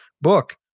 book